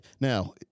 Now